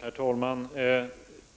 Herr talman!